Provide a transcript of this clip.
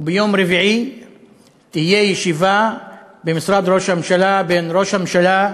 וביום רביעי תהיה ישיבה במשרד ראש הממשלה של ראש הממשלה,